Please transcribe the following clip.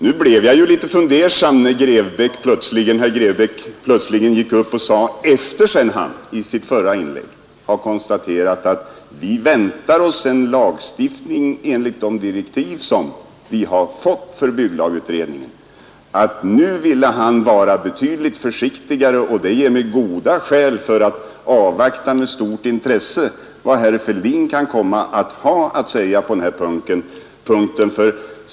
Nu blev jag litet fundersam, när herr Grebäck — sedan han i sitt första inlägg hade sagt att man väntar sig en lagstiftning enligt de direktiv som bygglagutredningen har fått — plötsligt ville vara betydligt försiktigare. Det ger mig goda skäl att med stort intresse avvakta vad herr Fälldin kan ha att säga på den punkten.